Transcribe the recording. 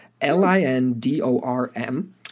L-I-N-D-O-R-M